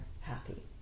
happy